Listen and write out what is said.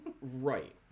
Right